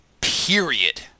period